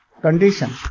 Condition